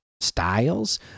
styles